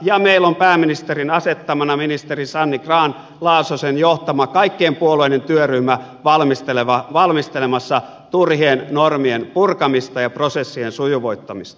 ja meillä on pääministerin asettamana ministeri sanni grahn laasosen johtama kaikkien puolueiden työryhmä valmistelemassa turhien normien purkamista ja prosessien sujuvoittamista